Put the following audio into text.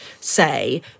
say